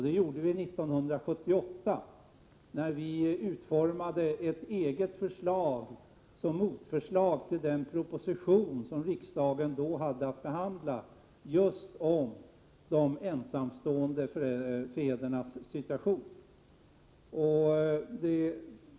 Det skedde 1978 när vi utformade ett eget förslag som motförslag till den proposition som riksdagen då hade att behandla om just de ensamstående fädernas situation.